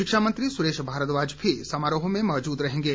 शिक्षा मंत्री सुरेश भारद्वाज भी समारोह में मौजूद रहेंगे